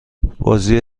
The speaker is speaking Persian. بازی